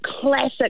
classic